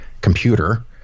computer